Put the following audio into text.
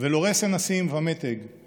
ולא רסן אשים ומתג /